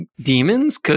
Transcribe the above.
demons